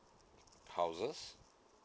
houses